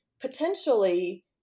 potentially